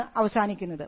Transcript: ആണ് അവസാനിക്കുന്നത്